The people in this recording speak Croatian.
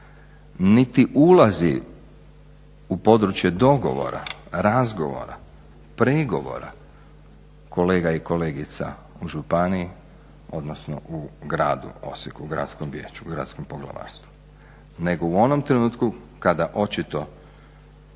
niti ulazi u područje dogovora, razgovora, pregovora kolega i kolegica u županiji odnosno u Gradskom vijeću grada Osijeka, gradskom poglavarstvu nego u onom trenutku kada očito